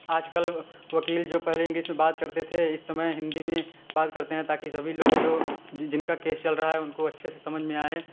आजकल वकील जो पहले इंग्लिस में बात करते थे इस समय हिन्दी में बात करते हैं ताकि सभी लोग जो जिनका केस चल रहा है उनको से समझ में आए